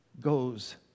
goes